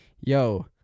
yo